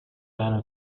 concern